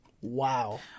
Wow